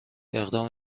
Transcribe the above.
اقدام